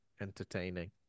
entertaining